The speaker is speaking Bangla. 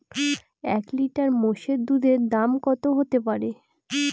এক লিটার মোষের দুধের দাম কত হতেপারে?